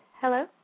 Hello